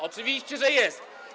Oczywiście, że jest.